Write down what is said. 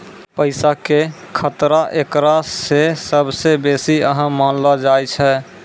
पैसा के खतरा एकरा मे सभ से बेसी अहम मानलो जाय छै